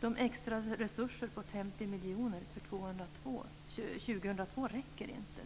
De extra resurser på 50 miljoner för 2002 räcker inte.